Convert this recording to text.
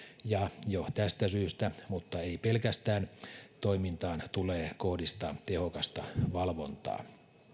ja jo tästä syystä mutta ei pelkästään toimintaan tulee kohdistaa tehokasta valvontaa